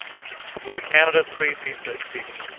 will the candidates please be so seated?